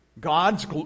God's